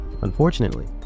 unfortunately